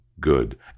good